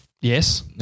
Yes